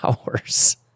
hours